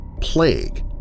plague